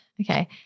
Okay